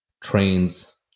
trains